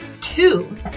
two